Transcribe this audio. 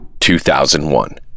2001